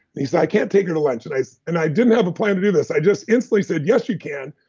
he said, i can't take her to lunch. and i so and i didn't have a plan to do this, i just instantly said, yes you can.